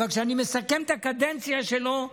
אבל כשאני מסכם את הקדנציה שלו,